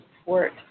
support